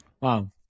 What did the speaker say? Wow